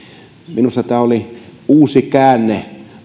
minusta tämä oli uusi käänne